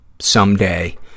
Someday